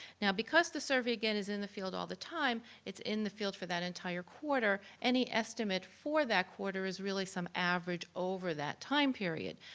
now, because the survey again is in the field all the time, it's in the field for that entire quarter, any estimate for that quarter is really some average over that time period.